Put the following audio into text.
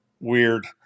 weird